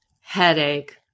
Headache